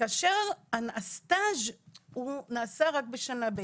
כאשר הסטאז' הוא נעשה רק בשנה ב'.